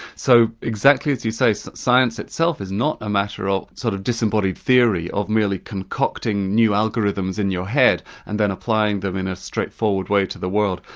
so exactly as you say, so science itself is not a matter of, sort of, disembodied theory, of really concocting new algorithms in your head and then applying them in a straightforward way to the world,